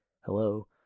hello